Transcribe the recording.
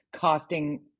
costing